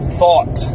thought